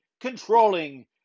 controlling